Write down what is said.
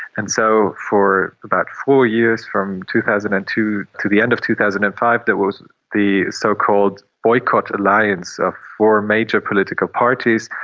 and so for about four years, from two thousand and two to the end of two thousand and five, there was the so-called boycott alliance of four major political parties,